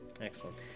Excellent